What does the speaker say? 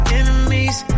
enemies